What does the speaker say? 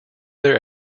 their